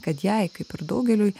kad jai kaip ir daugeliui